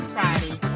Friday